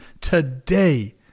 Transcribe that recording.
Today